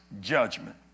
judgment